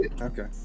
Okay